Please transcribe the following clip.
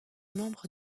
membre